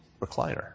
recliner